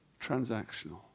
transactional